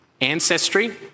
ancestry